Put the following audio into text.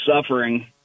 suffering